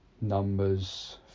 numbers